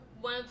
one